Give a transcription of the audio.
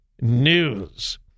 news